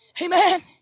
Amen